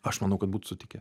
aš manau kad būtų sutikę